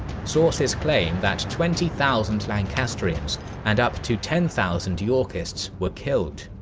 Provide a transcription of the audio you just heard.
sources claim that twenty thousand lancastrians and up to ten thousand yorkists were killed,